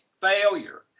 failure